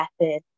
method